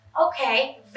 Okay